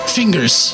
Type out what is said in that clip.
fingers